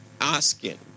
asking